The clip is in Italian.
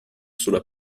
sulla